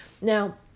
Now